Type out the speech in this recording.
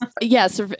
Yes